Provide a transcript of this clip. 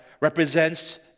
represents